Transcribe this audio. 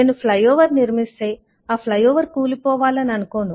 నేను ఫ్లైఓవర్ నిర్మిస్తే ఆ ఫ్లైఓవర్ కూలి పోవాలని అనుకోను